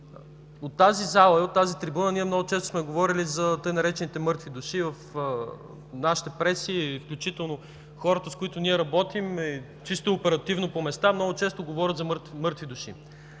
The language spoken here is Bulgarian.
В тази зала и тази трибуна много често сме говорили за така наречените „мъртви души” в нашата преса, включително хората, с които работим чисто оперативно по места – много често говорят за мъртви души.